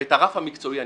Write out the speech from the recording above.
ואת הרף המקצועי הנדרש.